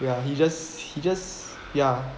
ya he just he just ya